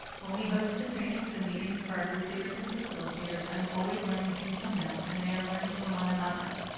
when we host the trainings and meetings for our group leaders and facilitators, i'm always learning things from them and they are learning from one another.